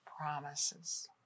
promises